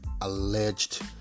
alleged